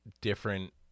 different